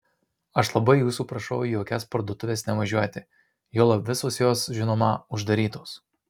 aš labai jūsų prašau į jokias parduotuves nevažiuoti juolab visos jos žinoma uždarytos